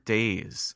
Days